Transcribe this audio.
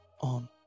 on